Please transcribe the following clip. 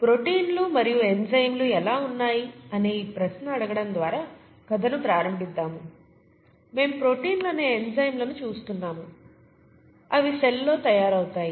ప్రోటీన్లు మరియు ఎంజైమ్లు ఎలా ఉన్నాయి అనే ఈ ప్రశ్న అడగడం ద్వారా కథను ప్రారంభిద్దాము మేము ప్రోటీన్లు అనే ఎంజైమ్లను చూస్తున్నాము అవి సెల్లో తయారవుతాయి